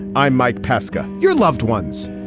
i'm mike pesca. your loved ones.